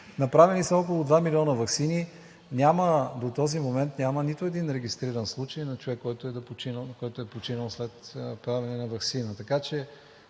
Направени са около 2 милиона ваксини. До този момент няма нито един регистриран случай на човек, който е починал след правене на ваксина.